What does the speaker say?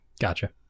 Gotcha